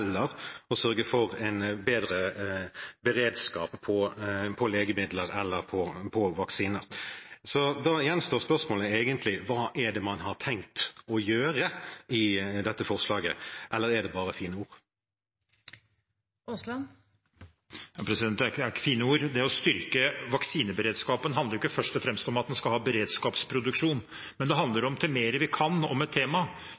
å sørge for en bedre beredskap på legemidler eller på vaksiner. Da gjenstår egentlig spørsmålet: Hva er det i dette forslaget man har tenkt å gjøre, eller er det bare fine ord? Det er ikke fine ord. Det å styrke vaksineberedskapen handler ikke først og fremst om at en skal ha beredskapsproduksjon, det handler om at jo mer vi kan om et tema,